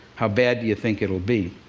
how bad do you think it will be?